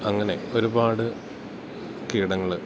അങ്ങനെ ഒരുപാട് കീടങ്ങള്